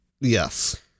Yes